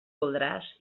voldràs